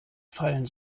fallen